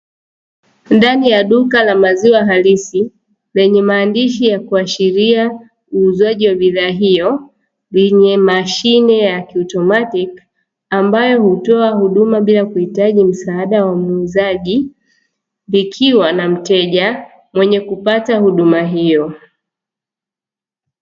Ndani ya duka la maziwa halisi, lenye maandishi kuashiria uuzaji wa bidhaa hiyo, lenye mashine ya kiotomatiki ambayo hutoa huduma bila kuhitaji msaada wa muuzaji ikiwa na mteja mwenye kupata huduma hiyo.